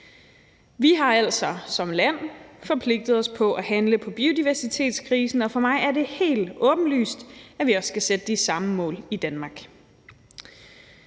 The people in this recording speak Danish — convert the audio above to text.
Vi har altså som land forpligtet os på at handle på biodiversitetskrisen, og for mig er det helt åbenlyst, at vi også skal sætte de samme mål i Danmark.